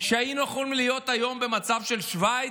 שהיינו יכולים להיות היום במצב של שווייץ,